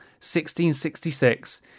1666